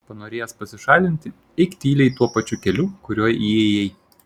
panorėjęs pasišalinti eik tyliai tuo pačiu keliu kuriuo įėjai